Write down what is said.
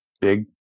big